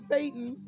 Satan